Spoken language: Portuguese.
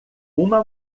uma